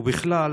ובכלל,